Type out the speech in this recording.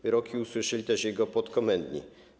Wyroki usłyszeli też jego podkomendni.